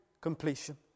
completion